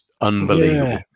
unbelievable